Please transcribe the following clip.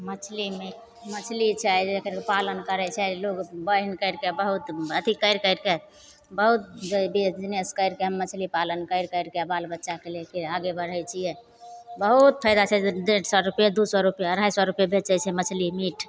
मछली मछली छै ओकर पालन करै छै लोक बान्हि करिके बहुत अथी करि करिके बहुत बिजनेस करिके हम मछली पालन करि करिके बाल बच्चाके लैके आगे बढ़ै छिए बहुत फायदा छै डेढ़ सओ रुपैए दुइ ओ रुपैए अढ़ाइ सओ रुपैए बेचै छै मछली मीट